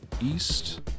east